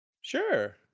Sure